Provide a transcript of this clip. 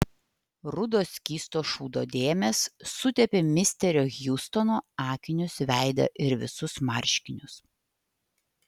rudos skysto šūdo dėmės sutepė misterio hjustono akinius veidą ir visus marškinius